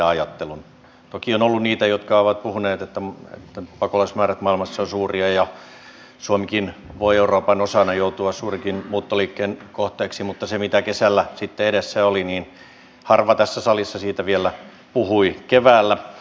toki on ollut niitä jotka ovat puhuneet että pakolaismäärät maailmassa ovat suuria ja suomikin voi euroopan osana joutua suurenkin muuttoliikkeen kohteeksi mutta siitä mitä kesällä sitten edessä oli harva tässä salissa vielä puhui keväällä